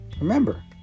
Remember